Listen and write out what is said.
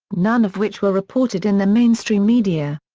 none of which were reported in the mainstream media.